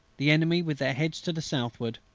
the enemy with their heads to the southward.